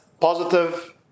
positive